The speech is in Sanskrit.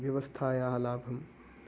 व्यवस्थायाः लाभं